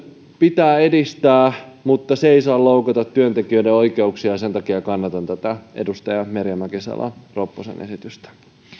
pitää edistää mutta se ei saa loukata työntekijöiden oikeuksia ja sen takia kannatan tätä edustaja merja mäkisalo ropposen esitystä